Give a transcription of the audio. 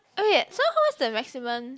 okay so how is the maximum